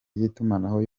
y’itumanaho